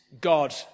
God